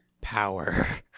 power